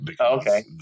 Okay